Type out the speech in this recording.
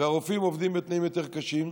והרופאים עובדים בתנאים יותר קשים,